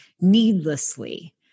needlessly